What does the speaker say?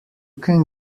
can